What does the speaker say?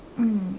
mm